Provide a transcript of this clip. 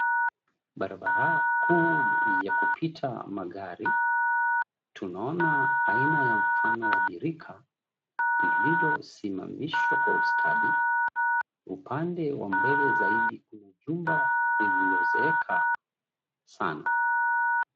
Barabara kuu ya kupita magari, tunaona aina ya mfano wa birika, ililosimamishwa kwa ustadi, upande wa mbele zaidi, kuna jumba lililozeeka sana.